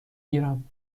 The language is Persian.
گیرم